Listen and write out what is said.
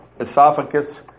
esophagus